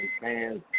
fans